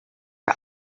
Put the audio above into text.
are